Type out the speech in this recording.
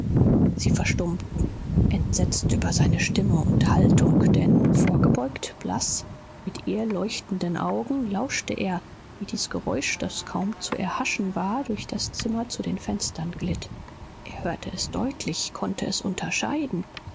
sie verstummten entsetzt über seine stimme und haltung denn vorgebeugt blaß mit irr leuchtenden augen lauschte er wie dies geräusch das kaum zu erhaschen war durch das zimmer zu den fenstern glitt er hörte es deutlich konnte es unterscheiden